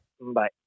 bye